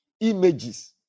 images